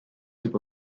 heap